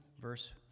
verse